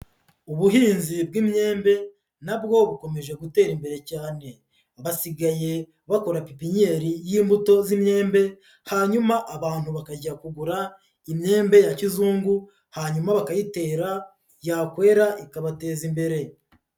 Ubuhinzi bw'imyembe na bwo bukomeje gutera imbere cyane, basigaye bakora pipinyeri y'imbuto z'imyembe, hanyuma abantu bakajya kugura imyembe ya kizungu, hanyuma bakayitera yakwera ikabateza imbere.